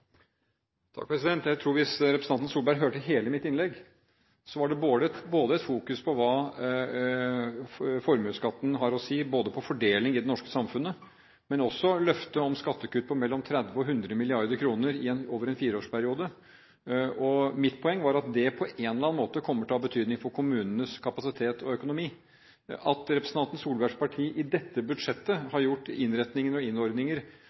Jeg tror at hvis representanten Solberg hørte hele innlegget mitt, ville hun vite at det fokuserte både på hva formuesskatten har å si når det gjelder fordeling i det norske samfunnet, og på løftet om skattekutt på mellom 30 mrd. og 100 mrd. kr over en fireårsperiode. Mitt poeng var at det på en eller annen måte kommer til å ha betydning for kommunenes kapasitet og økonomi. At representanten Solbergs parti i dette budsjett har gjort innretninger og innordninger